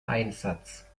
einsatz